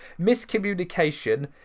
Miscommunication